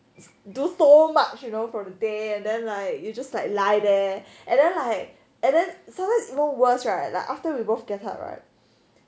I do like do so much you know for the day and then like you just like lie there and then like and then sometimes even worse right like after we both get up right